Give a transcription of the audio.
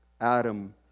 adam